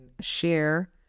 share